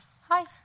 Hi